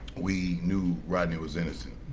we knew rodney was innocent.